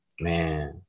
Man